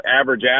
average